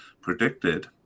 predicted